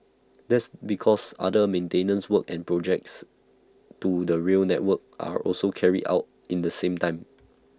that's because other maintenance work and projects to the rail network are also carried out in the same time